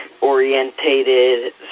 orientated